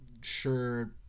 Sure